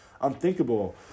unthinkable